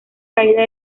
caída